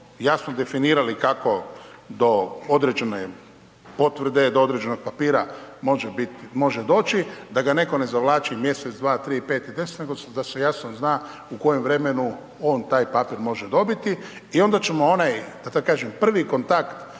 jasno definirali, kako do određene potvrde do određenog papira, može doći, da ga netko ne zavlači mjesec, dva, tri, pet i deset, nego da se jasno zna u kojemu vremenu on taj papir može dobiti. I onda ćemo onaj da tako kažem prvi kontakt